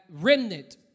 remnant